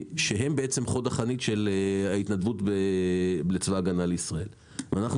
שהם בעצם חוד החנית של ההתנדבות לצבא הגנה לישראל ואנחנו